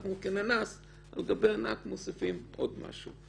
ואנחנו כננס על גבי ענק מוסיפים עוד משהו.